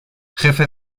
jefe